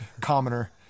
commoner